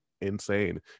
insane